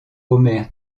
omer